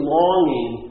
longing